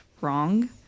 wrong